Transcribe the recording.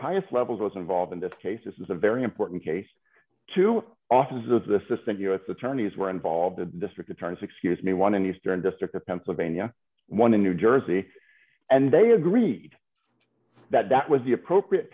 highest levels was involved in this case this is a very important case to offices assistant u s attorneys were involved in district attorneys excuse me one in eastern district of pennsylvania one in new jersey and they agreed that that was the appropriate